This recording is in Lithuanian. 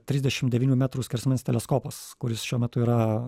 trisdešim devynių metrų skersmens teleskopas kuris šiuo metu yra